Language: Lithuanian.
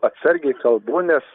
atsargiai kalbu nes